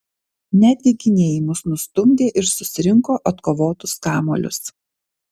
netgi gynėjai mus nustumdė ir susirinko atkovotus kamuolius